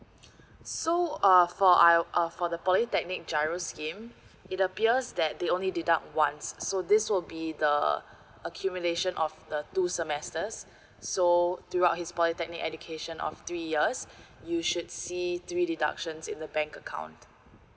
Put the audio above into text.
so uh for I uh for the polytechnic giro scheme it appears that they only deduct once so this will be the accumulation of the two semesters so throughout his polytechnic education of three years you should see three deductions in the bank account